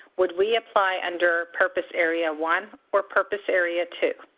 would we apply under purpose area one or purpose area two?